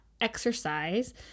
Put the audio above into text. exercise